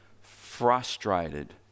frustrated